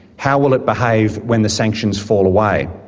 how will it behave when the sanctions fall away?